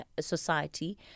society